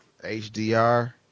HDR